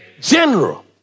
general